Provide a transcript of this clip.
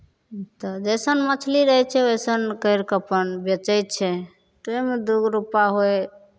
तऽ जैसन मछली रहै छै वैसन करि कऽ अपन बेचै छै ताहिमे दू गो रुपैआ होय